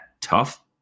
tough